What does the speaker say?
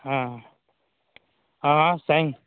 हँ हँ हँ सएह ने